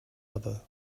other